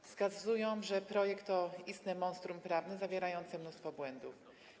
Wskazują, że projekt to istne monstrum prawne zawierające mnóstwo błędów.